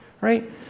Right